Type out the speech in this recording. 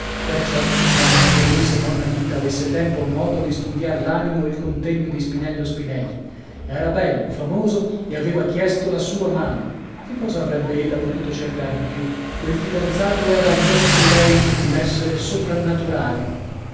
perciò immaginate voi se monna ghita avesse tempo o modo di studiar l'animo o il contegno di spinello spinelli era bello famoso e aveva chiesto la sua mano che cosa avrebbe ella potuto cercare di più quel fidanzato era agli occhi di lei un essere soprannaturale